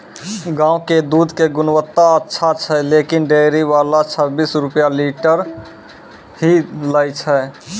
गांव के दूध के गुणवत्ता अच्छा छै लेकिन डेयरी वाला छब्बीस रुपिया लीटर ही लेय छै?